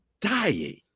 dying